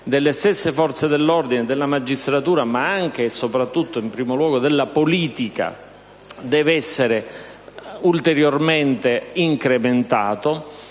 delle stesse forze dell'ordine, della magistratura, ma anche, e soprattutto, in primo luogo, della politica deve essere ulteriormente incrementata.